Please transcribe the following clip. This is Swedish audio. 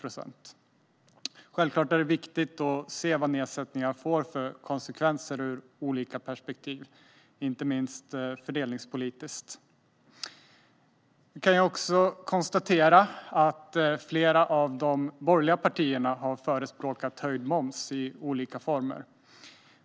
Det är självklart viktigt att se vad nedsättningar får för konsekvenser ur olika perspektiv, inte minst fördelningspolitiskt. Vi kan konstatera att flera av de borgerliga partierna har förespråkat höjd moms i olika former.